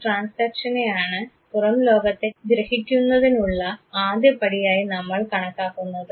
ഈ ട്രാൻസ്ഡക്ഷനെയാണ് പുറംലോകത്തെ ഗ്രഹിക്കുന്നതിനുള്ള ആദ്യപടിയായി നമ്മൾ കണക്കാക്കുന്നത്